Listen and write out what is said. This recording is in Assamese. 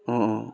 অঁ অঁ